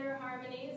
Harmonies